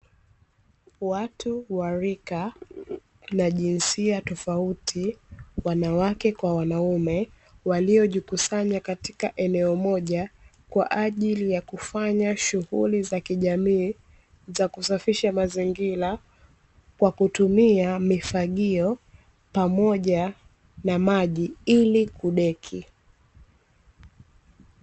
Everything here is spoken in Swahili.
Watu wa rika na jinsia tofauti (wanawake kwa wanaume), waliyojikusanya katika eneo moja kwa ajili ya kufanya shughuli za kijamii za kusafisha mazingira kwa kutumia mifagio pamoja na maji ili kudeki.